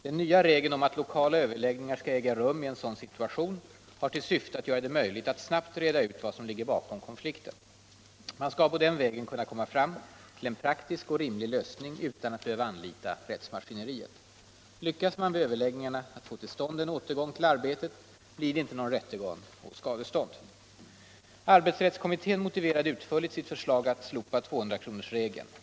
Den nya regeln om att lokala överläggningar skall äga rum i en sådan situation har till syfte att göra det möjligt att snabbt reda ut vad som ligger bakom konflikten. Man skall på den vägen kunna komma fram till en praktisk och rimlig lösning utan att behöva anlita rättsmaskineriet. Lyckas man vid överläggningarna att få till stånd en återgång till arbetet, blir det inte någon rättegång och skadestånd. Arbetsrättskommittén motiverade utförligt sitt förslag att slopa 200 kronorsregeln.